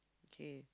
k